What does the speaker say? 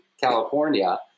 California